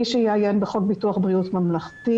מי שיעיין בחוק ביטוח בריאות ממלכתי